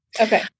Okay